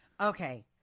Okay